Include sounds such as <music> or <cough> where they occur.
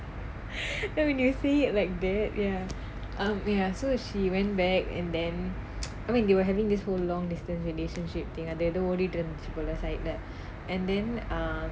<laughs> then when you see it like that ya um ya so she went back and then <noise> I mean they were having this whole long distance relationship thing and they அது எதோ ஓடிட்டு இருந்துச்சி போல:athu etho odittu irunthuchi pola side leh and then uh